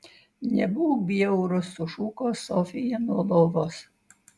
nebūk bjaurus sušuko sofija nuo lovos